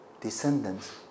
descendants